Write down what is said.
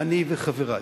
אני וחברי